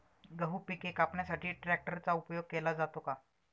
गहू पिके कापण्यासाठी ट्रॅक्टरचा उपयोग केला जातो का?